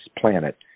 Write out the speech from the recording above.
planet